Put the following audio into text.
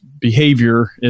behavior